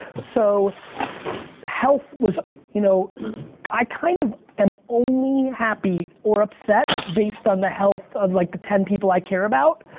so health was you know i kind of am only happy or upset based on the health of like the ten people i care about.